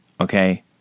okay